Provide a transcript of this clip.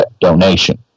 donation